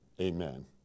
Amen